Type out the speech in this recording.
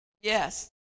Yes